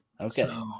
Okay